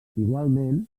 igualment